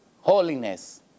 holiness